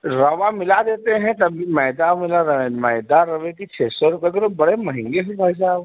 रवा मिला देते हैं तभी मैदा मिला मैदा रवे की छः सौ रुपये किलो बड़ी महंगी है भाई साब